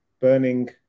burning